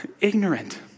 ignorant